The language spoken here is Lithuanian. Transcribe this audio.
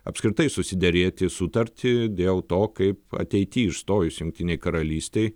apskritai susiderėti sutarti dėl to kaip ateity išstojus jungtinei karalystei